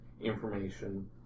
information